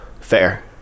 Fair